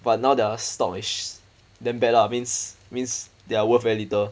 but now their stock is damn bad lah means means they are worth very little